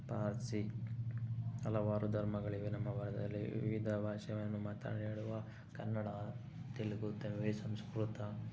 ಪಾರ್ಸಿ ಹಲವಾರು ಧರ್ಮಗಳಿವೆ ನಮ್ಮ ಭಾರತದಲ್ಲಿ ವಿವಿದ ಭಾಷೆಗಳನ್ನು ಮಾತನಾಡಿಡುವ ಕನ್ನಡ ತೆಲುಗು ತಮಿಳು ಸಂಸ್ಕೃತ